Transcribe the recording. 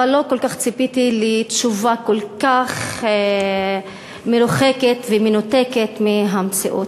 אבל לא כל כך ציפיתי לתשובה כל כך מרוחקת ומנותקת מהמציאות.